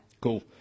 Cool